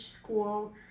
school